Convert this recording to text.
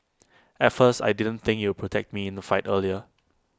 at first I didn't think you protect me in A fight either